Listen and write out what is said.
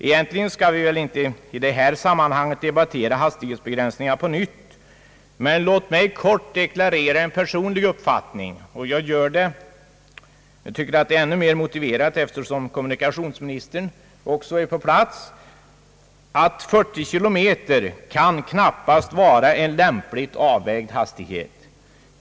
Egentligen bör vi inte i detta sammanhang debattera frågan om hastighetsbegränsningar på nytt, men låt mig kort deklarera den personliga uppfattningen — och jag tycker att det är ännu mer motiverat att göra det, eftersom kommunikationsministern är närvarande här i kammaren — att 40 kilometer knappast kan vara en lämpligt avvägd hastighet.